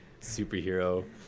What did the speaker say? superhero